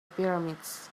pyramids